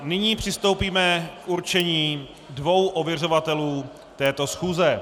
Nyní přistoupíme k určení dvou ověřovatelů této schůze.